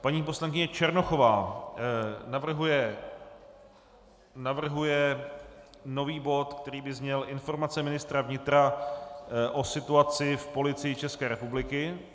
Paní poslankyně Černochová navrhuje nový bod, který by zněl Informace ministra vnitra o situaci v Policii České republiky.